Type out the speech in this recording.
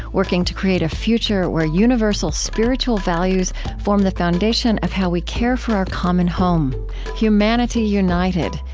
working to create a future where universal spiritual values form the foundation of how we care for our common home humanity united,